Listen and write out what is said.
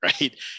right